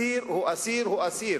אסיר הוא אסיר הוא אסיר,